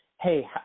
hey